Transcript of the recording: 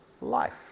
life